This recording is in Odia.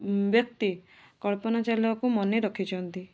ବ୍ୟକ୍ତି କଳ୍ପନା ଚାୱଲାଙ୍କୁ ମନେ ରଖିଛନ୍ତି